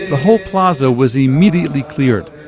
whole plaza was immediately cleared.